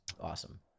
awesome